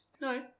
No